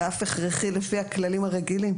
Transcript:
ואף הכרחי, לפי הכללים הרגילים.